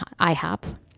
IHOP